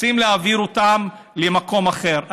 רוצים להעביר אותם למקום אחר.